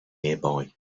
nearby